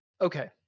okay